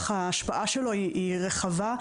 אך ההשפעה שלו היא רחבה.